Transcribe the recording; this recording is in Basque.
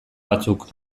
batzuk